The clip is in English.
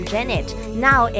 Janet.Now